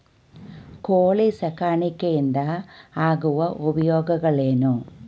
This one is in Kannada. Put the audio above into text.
ಕೋಳಿ ಸಾಕಾಣಿಕೆಯಿಂದ ಆಗುವ ಉಪಯೋಗಗಳೇನು?